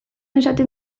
esaten